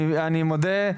אני מודה,